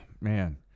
man